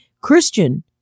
Christian